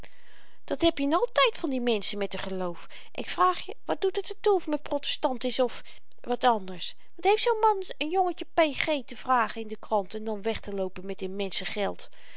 dat heb je n altyd van die menschen met r geloof ik vraag je wat doet het er toe of men protestant is of wat anders wat heeft zoo'n man n jongetje p g te vragen in de krant en dan wegteloopen met n mensch z'n geld